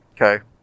Okay